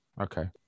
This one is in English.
Okay